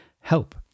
help